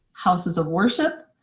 houses of worship,